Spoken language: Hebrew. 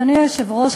אדוני היושב-ראש,